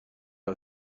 این